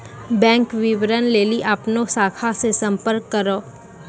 bank विबरण लेली अपनो शाखा से संपर्क करो